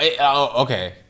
Okay